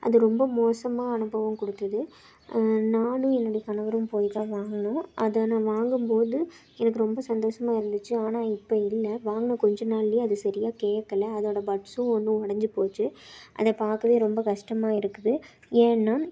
அது ரொம்ப மோசமாக அனுபவம் கொடுத்தது நானும் என்னுடைய கணவரும் போய்தான் வாங்கினோம் அதை நான் வாங்கும்போது எனக்கு ரொம்ப சந்தோஷமாக இருந்துச்சு ஆனால் இப்போ இல்லை வாங்கின கொஞ்ச நாள்லயே அது சரியாக கேட்கல அதோடய பட்ஸும் ஒன்று உடஞ்சி போச்சு அதை பார்க்கவே ரொம்ப கஷ்டமாக இருக்குது ஏன்னா